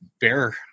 bear